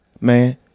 man